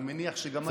אני מניח שגם אתה,